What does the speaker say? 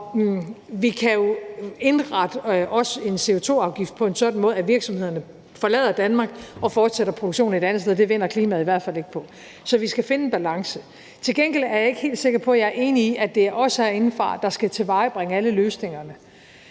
og vi kan jo indrette også en CO2-afgift på en sådan måde, at virksomhederne forlader Danmark og fortsætter produktionen et andet sted, og det vinder klimaet i hvert fald ikke på, så vi skal finde en balance. Til gengæld er jeg ikke helt sikker på, at jeg er enig i, at det er os herindefra, der skal tilvejebringe alle løsningerne.